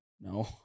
no